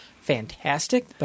fantastic